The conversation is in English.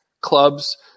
clubs